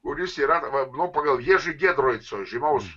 kuris yra va nu pagal jiežy giedroico žymaus